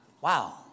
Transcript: Wow